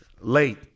late